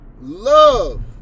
love